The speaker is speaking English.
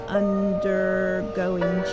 undergoing